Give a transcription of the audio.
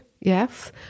yes